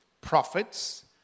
prophets